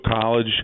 college